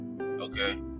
Okay